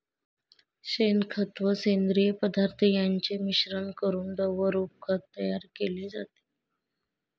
शेणखत व सेंद्रिय पदार्थ यांचे मिश्रण करून द्रवरूप खत तयार केले जाते